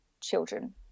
children